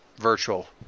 virtual